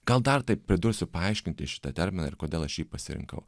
gal dar taip pridursiu paaiškinti šitą terminą ir kodėl aš jį pasirinkau